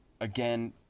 Again